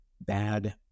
bad